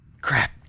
Crap